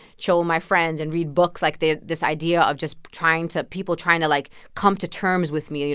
chill with my friends and read books. like, they have this idea of just trying to people trying to, like, come to terms with me. you